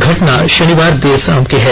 घटना शनिवार देर शाम की है